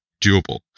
doable